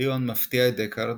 ליאון מפתיע את דקארד,